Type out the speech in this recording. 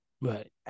right